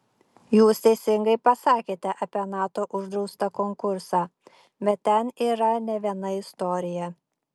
jūs teisingai pasakėte apie nato uždraustą konkursą bet ten yra ne viena istorija